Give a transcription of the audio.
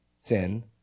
sin